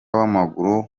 w’amaguru